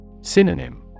Synonym